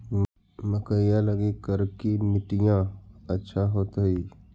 मकईया लगी करिकी मिट्टियां अच्छा होतई